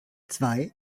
zwei